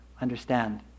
understand